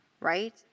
right